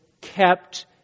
kept